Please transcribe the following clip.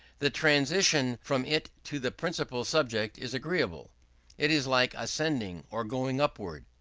the transition from it to the principal subject is agreeable it is like ascending or going upward.